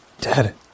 Dad